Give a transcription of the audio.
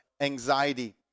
anxiety